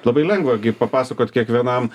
labai lengva gi papasakot kiekvienam